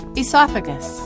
esophagus